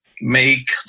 make